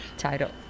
title